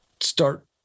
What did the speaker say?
start